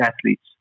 athletes